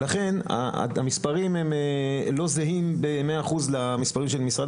לכן המספרים לא זהים במאה אחוזים למספרים של משרד